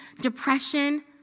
depression